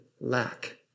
lack